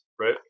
right